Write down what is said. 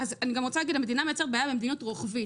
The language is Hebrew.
אז אני גם רוצה להגיד המדינה מייתר בעיה גם במדיניות רוחבית,